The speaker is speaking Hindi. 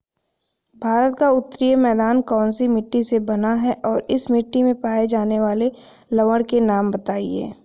भारत का उत्तरी मैदान कौनसी मिट्टी से बना है और इस मिट्टी में पाए जाने वाले लवण के नाम बताइए?